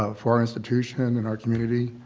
ah for our institution and our community